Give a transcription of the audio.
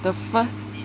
the first